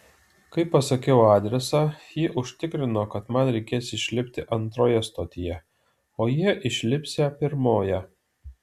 kai pasakiau adresą ji užtikrino kad man reikės išlipti antroje stotyje o jie išlipsią pirmoje